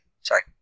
Sorry